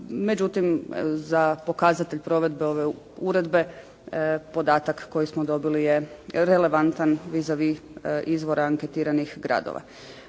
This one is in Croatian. Međutim, za pokazatelj provedbe ove uredbe podatak koji smo dobili je relevantan vis a vis izvora anketiranih gradova.